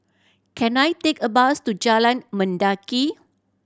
can I take a bus to Jalan Mendaki